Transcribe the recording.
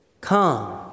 Come